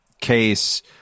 case